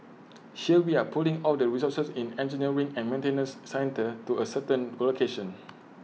here we are pulling all the resources in engineering and maintenance centre to A certain location